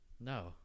No